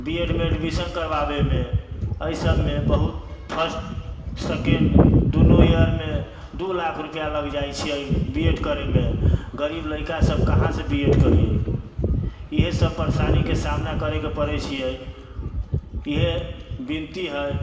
B Ed मे admission करबाबैमे एहिसबमे बहुत फर्स्ट सेकेण्ड दुनू इअरमे दू लाख रुपैआ लागि जाइ छै बी एड करैमे गरीब लइकासब कहाँसँ बी एड करिए इएह सब परेशानीके सामना करैके पड़ै छै इएह विनती हइ